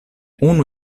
unu